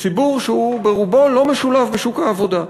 ציבור שרובו לא משולב בשוק העבודה.